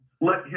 Let